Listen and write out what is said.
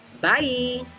Bye